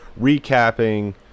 recapping